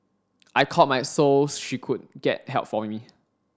I called my so she could get help for me